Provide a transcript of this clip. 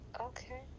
Okay